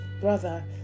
brother